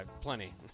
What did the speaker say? plenty